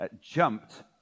jumped